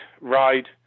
ride